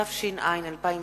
התש"ע 2010,